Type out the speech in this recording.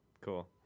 Cool